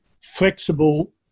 flexible